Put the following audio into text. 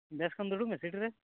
ᱵᱮᱥ ᱚᱠᱚᱡ ᱫᱩᱲᱩᱵ ᱢᱮ ᱥᱤᱴ ᱨᱮ